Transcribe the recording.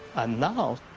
and now,